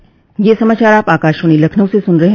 यह समाचार आप आकाशवाणी लखनऊ से सुन रहे हैं